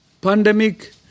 Pandemic